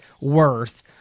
worth